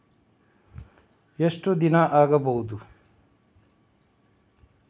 ಎಷ್ಟು ದಿನ ಆಗ್ಬಹುದು?